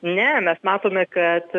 ne mes matome kad